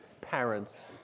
parents